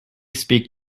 speak